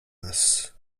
nas